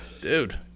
dude